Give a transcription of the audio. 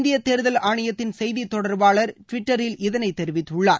இந்திய தேர்தல் ஆணையத்தின் செய்தி தொடர்பாளர் டுவிட்டரில் இதனை தெரிவித்துள்ளார்